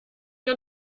ihr